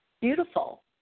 beautiful